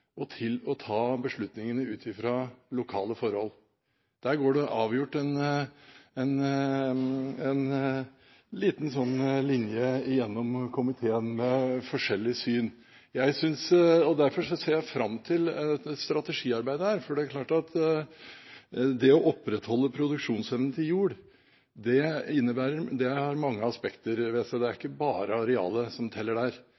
og til å ta beslutningene ut fra lokale forhold. Der går det avgjort en liten linje gjennom komiteen – med forskjellig syn. Derfor ser jeg fram til et strategiarbeid her, for det er klart at det å opprettholde produksjonsevnen til jord har mange aspekter ved seg – det er ikke bare arealet som teller der.